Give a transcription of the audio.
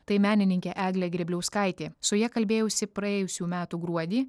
tai menininkė eglė grėbliauskaitė su ja kalbėjausi praėjusių metų gruodį